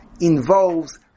involves